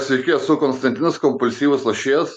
sveiki esu konstantinas kompulsyvus lošėjas